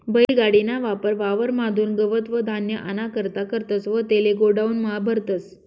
बैल गाडी ना वापर वावर म्हादुन गवत व धान्य आना करता करतस व तेले गोडाऊन म्हा भरतस